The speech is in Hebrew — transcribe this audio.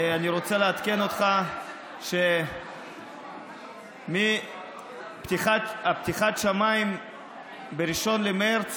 אני רוצה לעדכן אותך שמפתיחת השמיים ב-1 במרץ,